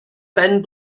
ben